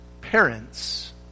parents